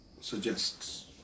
suggests